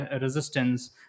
Resistance